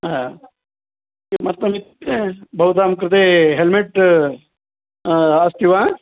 ह किमर्थमित्युक्ते भवतां कृते हेल्मेट् अस्ति वा